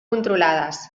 controlades